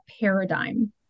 paradigm